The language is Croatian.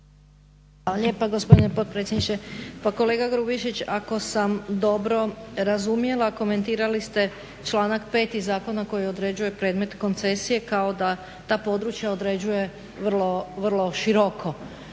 lijepa gospodine potpredsjedniče. Pa kolega Grubišić ako sam dobro razumjela komentirali ste članak 5. iz zakona koji određuje predmet koncesije kao da ta područja određuje vrlo široko.